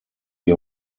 sie